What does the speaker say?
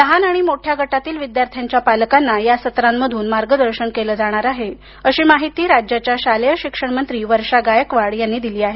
लहान आणि मोठ्या गटातील विद्यार्थ्यांच्या पालकांना या सत्रांमधून मार्गदर्शन केलं जाणार आहे अशी माहिती राज्याच्या शालेय शिक्षण मंत्री वर्षा गायकवाड यांनी दिली आहे